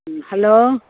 hello